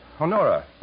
Honora